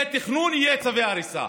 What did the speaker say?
יהיה תכנון, יהיו צווי הריסה.